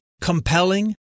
compelling